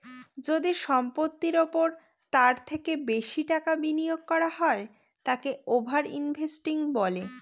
যদি সম্পত্তির ওপর যদি তার থেকে বেশি টাকা বিনিয়োগ করা হয় তাকে ওভার ইনভেস্টিং বলে